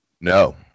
no